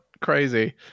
crazy